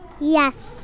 Yes